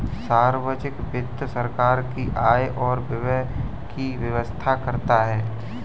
सार्वजिक वित्त सरकार की आय और व्यय की व्याख्या करता है